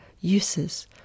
uses